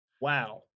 Wow